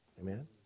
Amen